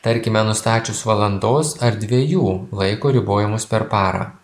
tarkime nustačius valandos ar dviejų laiko ribojimus per parą